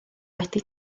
wedi